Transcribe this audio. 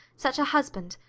such a husband,